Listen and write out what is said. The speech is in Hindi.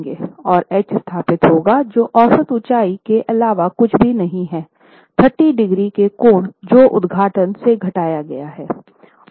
और H स्थापित होगा जो औसत ऊंचाई के अलावा कुछ भी नहीं है 30 डिग्री के कोण जो उद्घाटन से घटाया गया है